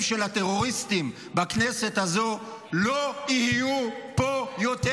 של הטרוריסטים בכנסת הזו לא יהיו פה יותר.